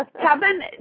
Kevin